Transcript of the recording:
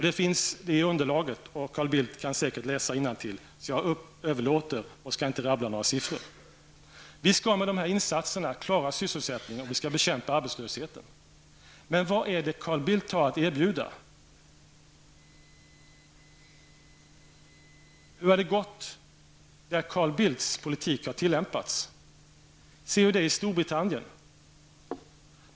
Det finns redovisat i underlaget, och Carl Bildt kan säkert läsa innantill så jag skall inte rabbla upp några siffror. Vi skall med dessa insatser klara sysselsättningen och bekämpa arbetslösheten. Men vad har Carl Bildt att erbjuda? Hur har det gått i de länder där Carl Bildts politik har tillämpats? Se hur det är i Storbritannien.